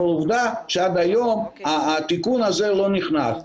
אבל עובדה שעד היום התיקון הזה לא נכנס,